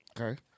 Okay